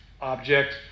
object